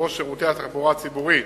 שבו שירותי התחבורה הציבורית,